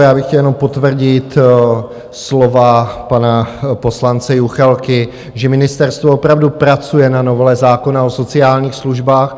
Já bych chtěl jenom potvrdit slova pana poslance Juchelky, že ministerstvo opravdu pracuje na novele zákona o sociálních službách.